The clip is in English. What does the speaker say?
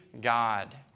God